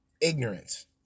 ignorance